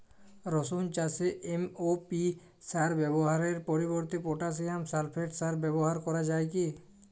রসুন চাষে এম.ও.পি সার ব্যবহারের পরিবর্তে পটাসিয়াম সালফেট সার ব্যাবহার করা যায় কি?